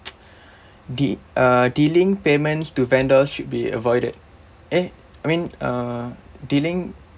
dea~ uh dealing payments to vendors should be avoided !eh! I mean uh dealing